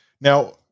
now